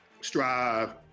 strive